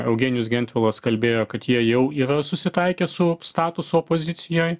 eugenijus gentvilas kalbėjo kad jie jau yra susitaikę su statusu opozicijoj